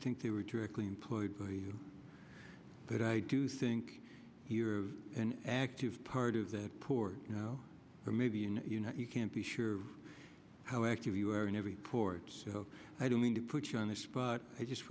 think they were directly employed by you but i do think an active part of the poor you know maybe you know you can't be sure how active you are in every port so i don't mean to put you on this but i just